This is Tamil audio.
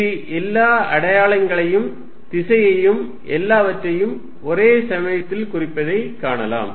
இது எல்லா அடையாளங்களையும் திசையையும் எல்லாவற்றையும் ஒரே சமயத்தில் குறிப்பதை காணலாம்